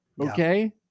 okay